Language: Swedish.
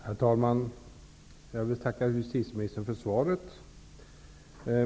Herr talman! Jag vill tacka justitieministern för svaret.